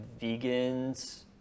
vegans